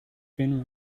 been